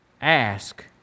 ask